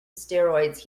steroids